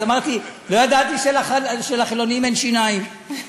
אז אמרתי: לא ידעתי שלחילונים אין שיניים.